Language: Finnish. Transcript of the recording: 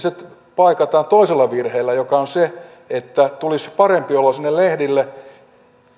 paikataan toisella virheellä joka on se että tulisi parempi olo sinne lehdille